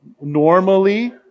normally